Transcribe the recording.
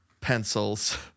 Pencils